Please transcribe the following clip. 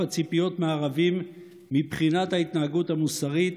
הציפיות מערבים מבחינת ההתנהגות המוסרית,